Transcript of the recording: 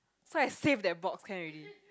so I save that box can already